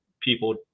people